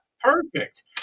perfect